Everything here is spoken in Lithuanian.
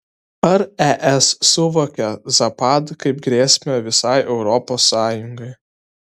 ar es suvokia zapad kaip grėsmę visai europos sąjungai